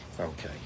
Okay